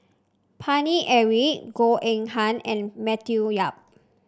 Paine Eric Goh Eng Han and Matthew Yap